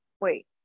wait